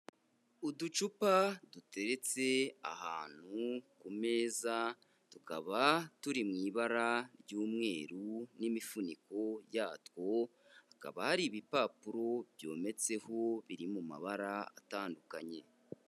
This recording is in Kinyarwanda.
Uducupa duteretse ahantu ku meza tukaba turi mu ibara ry'umweru n'imifuniko yatwo, hakaba hari ibipapuro byometseho biri mu mabara atandukanye,